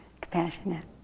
Compassionate